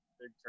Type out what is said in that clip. big